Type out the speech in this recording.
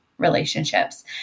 relationships